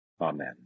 Amen